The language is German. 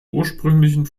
ursprünglichen